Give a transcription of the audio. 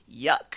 Yuck